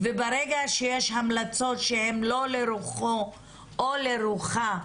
וברגע שיש המלצות שהן לא לרוחו או לרוחה,